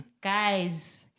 Guys